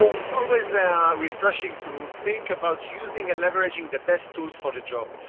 um it's always refreshing to think about using and leveraging the best tools for the job.